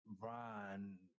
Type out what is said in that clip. Ron